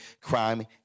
crime